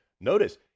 Notice